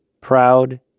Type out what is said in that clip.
proud